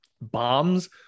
bombs